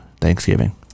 Thanksgiving